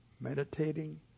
meditating